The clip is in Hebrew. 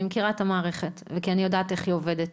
מכירה את המערכת ואני יודעת איך היא עובדת,